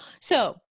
So-